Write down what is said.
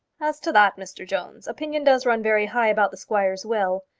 as to that, mr jones, opinion does run very high about the squire's will.